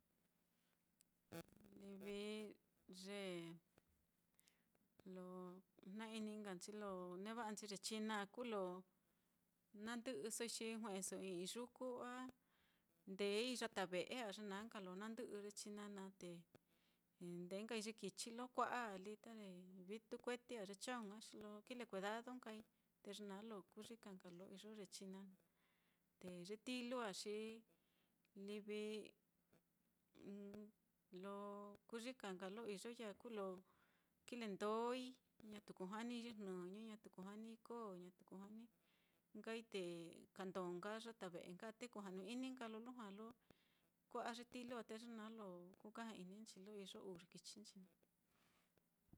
Livi ye lo jna-ini nka nchi lo neva'anchi ye china á, kuu lo nandɨ'ɨsoi xi jue'eso i'ii yuku, a ndeei yata ve'e á, ye na nka lo nandɨ'ɨ ye china naá, te ndee nkai ye kichi lo kua'a á lí, ta ye vitu kueti á, ye chong á, lo kile kuedado nkai, te ye naá lo kuyika lo iyo ye china naá, te ye tilu á xi livi lo kuyika nka lo iyoi ya á kuu lo kile ndói, ñatu kujanii ye jnɨñɨ, ñatu koo ñatu kujanii, te kando nka kandó nka yata ve'e á, te kuja'nu-ini nka lo lujua lo kua'a ye tilu á, te ye naá lo kukaja-ininchi lo iyo uu ye kichi nchi naá.